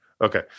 Okay